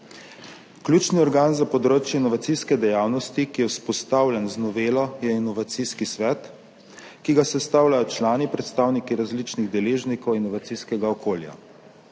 Ključni organ za področje inovacijske dejavnosti, ki je vzpostavljen z novelo, je inovacijski svet, ki ga sestavljajo člani, predstavniki različnih deležnikov inovacijskega okolja.